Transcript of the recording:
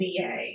VA